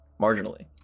marginally